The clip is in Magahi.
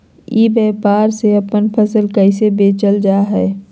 ई व्यापार से अपन फसल कैसे बेचल जा हाय?